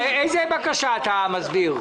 איזה בקשה אתה מסביר?